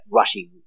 rushing